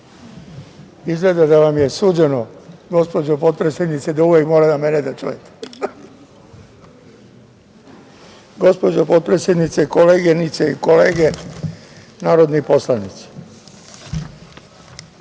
Izgleda da vam je suđeno, gospođo potpredsednice, da uvek morate mene da čujete. Gospođo potpredsednice, koleginice i kolege narodni poslanici,